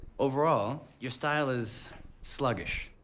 overall your style is sluggish,